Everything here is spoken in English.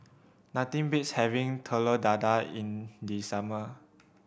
nothing beats having Telur Dadah in the summer